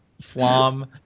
Flom